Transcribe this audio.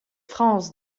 frañs